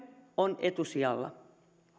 on etusijalla